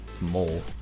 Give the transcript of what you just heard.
more